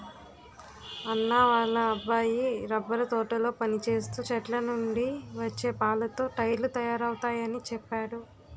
అన్నా వాళ్ళ అబ్బాయి రబ్బరు తోటలో పనిచేస్తూ చెట్లనుండి వచ్చే పాలతో టైర్లు తయారవుతయాని చెప్పేడు